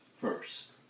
first